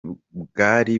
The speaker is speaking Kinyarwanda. bwose